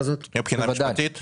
מבחינה משפטית?